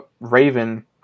Raven